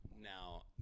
Now